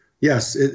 yes